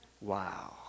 wow